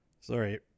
Sorry